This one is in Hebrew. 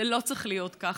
זה לא צריך להיות כך.